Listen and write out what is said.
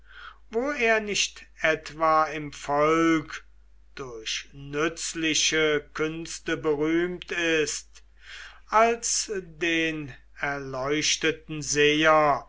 wo er nicht etwa im volk durch nützliche künste berühmt ist als den erleuchteten seher